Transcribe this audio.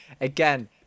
Again